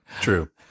True